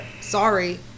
sorry